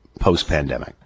post-pandemic